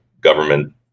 government